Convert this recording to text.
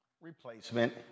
replacement